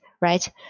right